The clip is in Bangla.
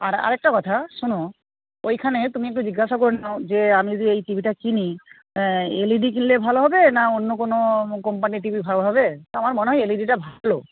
আর আরেকটা কথা শোনো ওইখানে তুমি একটু জিজ্ঞাসা করে নাও যে আমি যদি এই টি ভিটা কিনি এল ই ডি কিনলে ভালো হবে না অন্য কোনো কোম্পানির টি ভি ভালো হবে আমার মনে হয় এল ই ডিটা ভালো